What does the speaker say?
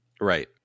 Right